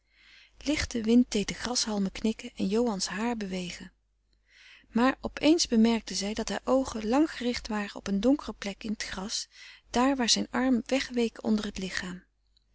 wind deed de grashalmen knikken en johans haar bewegen maar op eens bemerkte zij dat haar oogen lang gericht waren op een donkere plek in t gras daar waar zijn arm weg week onder t lichaam